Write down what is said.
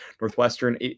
Northwestern